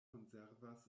konservas